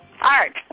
Art